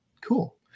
cool